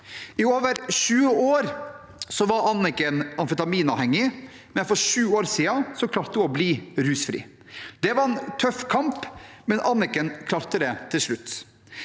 I over 20 år var Anniken amfetaminavhengig, men for sju år siden klarte hun å bli rusfri. Det var en tøff kamp, men Anniken klarte det til slutt.